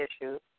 issues